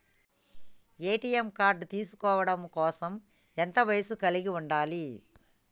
ATM card తీసుకోవడం కోసం ఎంత వయస్సు కలిగి ఉండాలి?